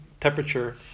temperature